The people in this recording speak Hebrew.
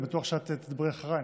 אני בטוח שאת תדברי אחריי,